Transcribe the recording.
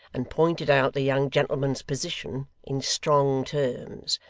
and pointed out the young gentleman's position, in strong terms.